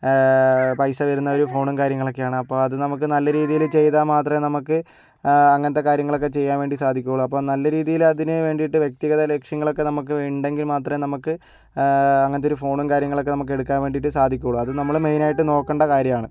പൈസ വരുന്ന ഒരു ഫോണും കാര്യങ്ങളൊക്കെ ആണ് അപ്പോൾ അത് നമുക്ക് നല്ല രീതിയിൽ ചെയ്താൽ മാത്രമേ നമുക്ക് അങ്ങനത്തെ കാര്യങ്ങളൊക്കെ ചെയ്യാൻ വേണ്ടി സാധിക്കുകയുള്ളു അപ്പോൾ നല്ല രീതിയില് അതിന് വേണ്ടീട്ട് വ്യക്തിഗത ലക്ഷ്യങ്ങൾ ഒക്കെ നമുക്ക് ഉണ്ടെങ്കിൽ മാത്രമേ നമുക്ക് അങ്ങനത്തെ ഒരു ഫോണും കാര്യങ്ങളൊക്കെ നമുക്ക് എടുക്കാൻ വേണ്ടിട്ട് സാധിക്കുള്ളൂ അത് നമ്മുടെ മെയിൻ ആയിട്ട് നോക്കണ്ട കാര്യമാണ്